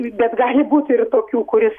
bet gali būti ir tokių kuris